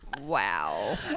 wow